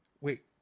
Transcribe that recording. wait